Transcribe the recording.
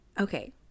Okay